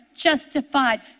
justified